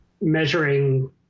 Measuring